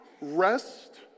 rest